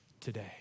today